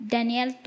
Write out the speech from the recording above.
Daniel